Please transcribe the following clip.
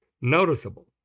noticeable